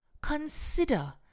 Consider